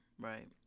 right